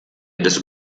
des